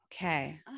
Okay